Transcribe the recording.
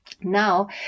Now